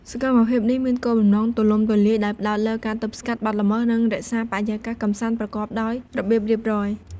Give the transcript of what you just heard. សកម្មភាពនេះមានគោលបំណងទូលំទូលាយ ដោយផ្តោតលើការទប់ស្កាត់បទល្មើស និងរក្សាបរិយាកាសកម្សាន្តប្រកបដោយរបៀបរៀបរយ។